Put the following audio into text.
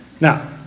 Now